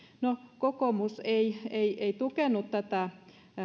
no kokoomus ei ei tukenut tätä